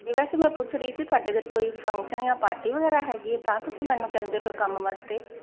ਵੈਸੇ ਮੈਂ ਪੁੱਛ ਰਹੀ ਸੀ ਤੁਹਾਡੇ ਅਗਰ ਕੋਈ ਫੰਕਸ਼ਨ ਜਾਂ ਪਾਰਟੀ ਵਗੈਰਾ ਹੈਗੀ ਤਾਂ ਤੁਸੀਂ ਮੈਨੂੰ ਕਹਿੰਦੇ ਕਿ ਉਹ ਕੰਮ ਵਾਸਤੇ